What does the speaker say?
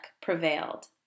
prevailed